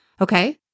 Okay